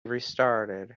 restarted